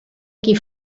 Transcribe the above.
qui